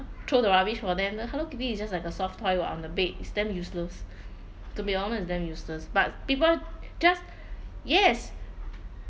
throw the rubbish for them the hello kitty is just like a soft toy on the bed it's damn useless to be honest it's damn useless but people just yes